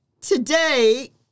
Today